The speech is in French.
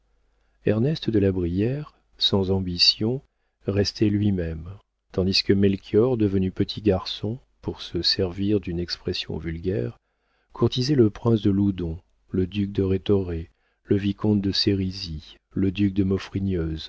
ernest de la brière sans ambition restait lui-même tandis que melchior devenu petit garçon pour se servir d'une expression vulgaire courtisait le prince de loudon le duc de rhétoré le vicomte de sérisy le duc de